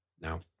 now